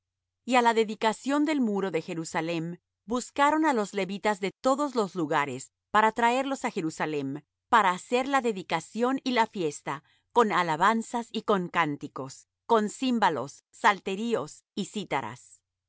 á la dedicación del muro de jerusalem buscaron á los levitas de todos los lugares para traerlos á jerusalem para hacer la dedicación y la fiesta con alabanzas y con cánticos con címbalos salterios y cítaras